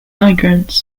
migrants